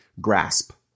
grasp